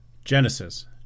Genesis